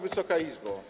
Wysoka Izbo!